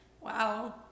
Wow